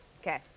Okay